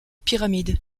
pyramides